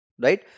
Right